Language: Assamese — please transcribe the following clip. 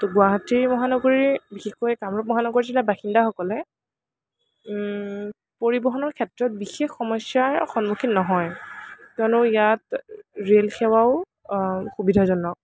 গুৱাহাটী মহানগৰীৰ বিশেষকৈ কামৰূপ মহানগৰ জিলাৰ বাসিন্দাসকলে পৰিবহণৰ ক্ষেত্ৰত বিশেষ সমস্য়াৰ সন্মুখীন নহয় কিয়নো ইয়াত ৰেল সেৱাও সুবিধাজনক